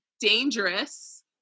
dangerous